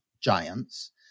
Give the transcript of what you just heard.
giants